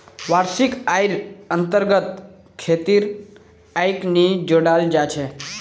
वार्षिक आइर अन्तर्गत खेतीर आइक नी जोडाल जा छेक